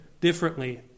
differently